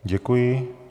Děkuji.